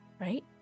right